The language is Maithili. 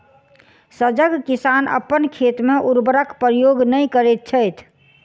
सजग किसान अपन खेत मे उर्वरकक प्रयोग नै करैत छथि